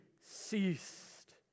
ceased